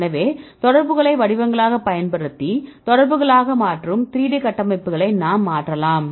எனவே தொடர்புகளை வடிவங்களாகப் பயன்படுத்தி தொடர்புகளாக மாற்றும் 3D கட்டமைப்புகளை நாம் மாற்றலாம்